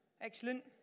excellent